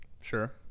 Sure